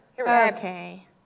Okay